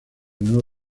nuevo